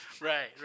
right